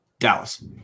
Dallas